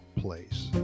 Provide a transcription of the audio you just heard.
place